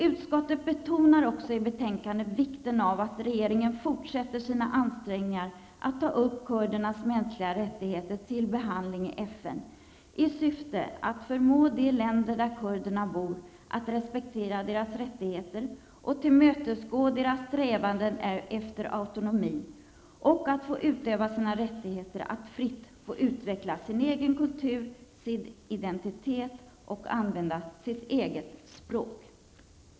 Utskottet betonar också i betänkandet vikten av att regeringen fortsätter sina ansträngningar att ta upp kurdernas mänskliga rättigheter till behandling i FN i syfte att förmå de länder där kurderna bor att respektera deras rättigheter, tillmötesgå deras strävanden efter autonomi och att låta dem utöva sina rättigheter att fritt få utveckla sin egen kultur, sin identitet och använda sitt eget språk.